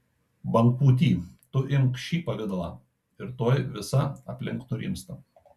bangpūty tu imk šį pavidalą ir tuoj visa aplink nurimsta